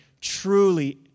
truly